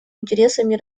интересами